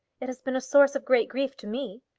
it has been a source of great grief to me.